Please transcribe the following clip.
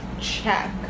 check